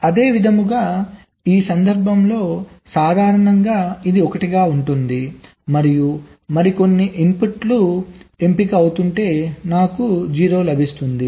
అదేవిధంగా ఈ సందర్భంలో సాధారణంగా ఇది 1 గా ఉంటుంది మరియు మరికొన్ని ఇన్పుట్లు ఎంపిక అవుతుంటే నాకు 0 లభిస్తుంది